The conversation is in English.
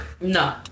No